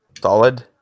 solid